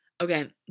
Okay